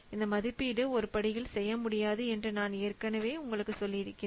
இந்த மதிப்பீடு ஒரு படியில் செய்ய முடியாது என்று நான் ஏற்கனவே உங்களுக்கு சொல்லி இருக்கிறேன்